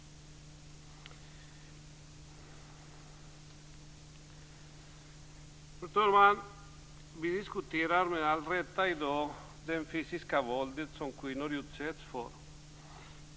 Fru talman! I dag diskuterar vi, med all rätt, det fysiska våld som kvinnor utsätts för.